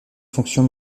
fonction